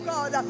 God